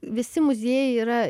visi muziejai yra